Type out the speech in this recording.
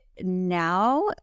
now